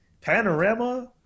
Panorama